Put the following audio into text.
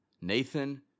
Nathan